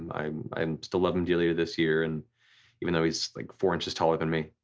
i um still love him dearly ah this year and even though he's like four inches taller than me.